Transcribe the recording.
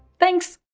thanks!